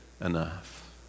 enough